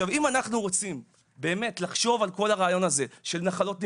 אם אנחנו רוצים לחשוב על כל הרעיון של מחלות נלוות,